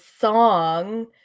song